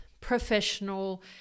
professional